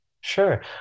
Sure